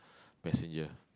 passenger